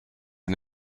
est